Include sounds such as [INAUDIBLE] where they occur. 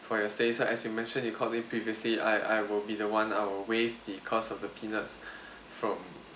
for your stay uh as you mentioned you call me previously I I will be the one I'll waived the cost of the peanuts [BREATH] from